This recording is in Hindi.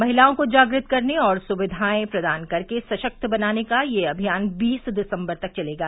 महिलाओं को जाग्रत करने और सुविधायें प्रदान कर के सशक्त बनाने का यह अभियान बीस दिसम्बर तक चलेगा